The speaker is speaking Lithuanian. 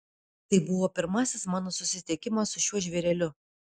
tai buvo pirmasis mano susitikimas su šiuo žvėreliu